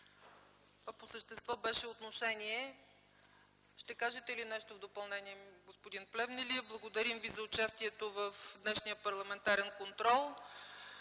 Това по същество беше отношение. Ще кажете ли нещо в допълнение, господин Плевнелиев? Не. Благодаря Ви за участието в днешния парламентарен контрол.